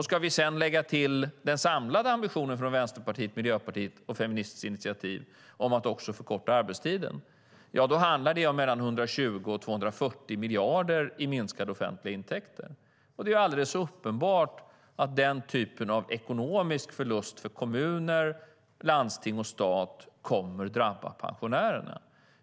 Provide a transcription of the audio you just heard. Ska vi sedan lägga till den samlade ambitionen från Vänsterpartiet, Miljöpartiet och Feministiskt Initiativ om att också förkorta arbetstiden, ja, då handlar det om 120-240 miljarder i minskade offentliga intäkter. Det är alldeles uppenbart att den typen av ekonomisk förlust för kommuner, landsting och stat kommer att drabba pensionärerna.